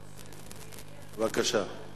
בבקשה.